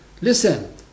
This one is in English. Listen